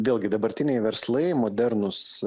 vėlgi dabartiniai verslai modernūs